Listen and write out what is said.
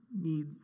need